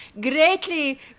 greatly